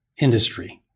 industry